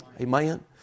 Amen